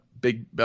big